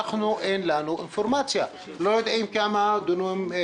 אין לנו אינפורמציה: אנחנו לא יודעים על היקף ההפקעה,